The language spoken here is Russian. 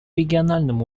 региональном